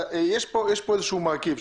יש פה איזשהו מרכיב,